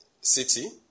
city